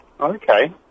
Okay